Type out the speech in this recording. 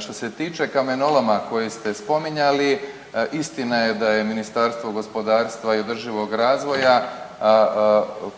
što se tiče kamenoloma koji ste spominjali istina je da je Ministarstvo gospodarstva i održivog razvoja